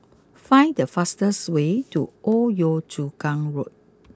find the fastest way to Old Yio Chu Kang Road